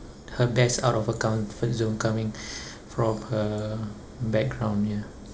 her best out of her comfort zone coming from her background ya